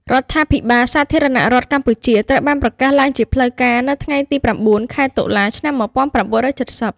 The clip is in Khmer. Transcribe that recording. រដ្ឋាភិបាលសាធារណរដ្ឋកម្ពុជាត្រូវបានប្រកាសឡើងជាផ្លូវការ នៅថ្ងៃទី៩ ខែតុលា ឆ្នាំ១៩៧០។